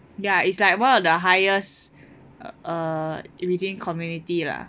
ya is like one of the highest err within community lah